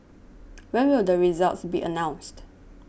when will the results be announced